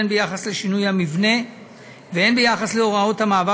הן ביחס לשינוי המבנה והן ביחס להוראות המעבר